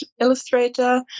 illustrator